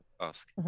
ask